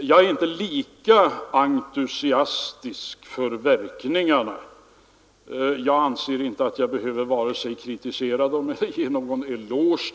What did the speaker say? Jag är inte lika entusiastisk över verkningarna. Jag anser inte att jag behöver vare sig kritisera handeln eller ge den någon eloge.